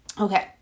Okay